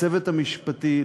לצוות המשפטי,